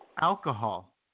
alcohol